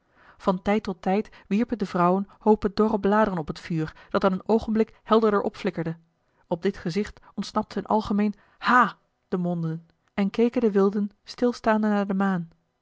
van tijd tot tijd wierpen de vrouwen hoopen dorre bladeren op het vuur dat dan een oogenblik helderder opflikkerde op dit gezicht ontsnapte een algemeen ha den monden en keken de wilden stilstaande naar de maan